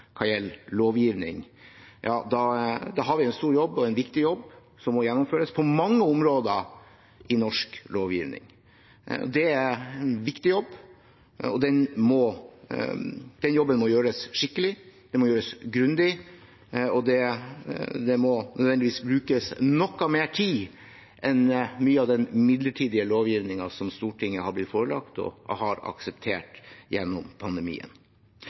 hva gjelder beredskap, hva gjelder lovgivning – ja, da har vi en stor jobb og en viktig jobb, som må gjennomføres på mange områder i norsk lovgivning. Det er en viktig jobb. Den jobben må gjøres skikkelig, den må gjøres grundig, og det må nødvendigvis brukes noe mer tid enn man gjorde på mye av den midlertidige lovgivningen som Stortinget har blitt forelagt, og har akseptert gjennom pandemien.